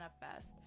manifest